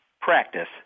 practice